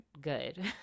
good